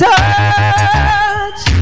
Touch